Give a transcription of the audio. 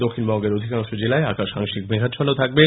দক্ষিণবঙ্গের অধিকাংশ জেলায় আকাশ আংশিক মেঘাচ্ছন্ন থাকবে